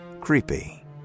Creepy